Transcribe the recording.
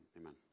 amen